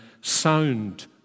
sound